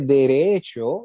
derecho